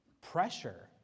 pressure